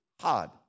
hard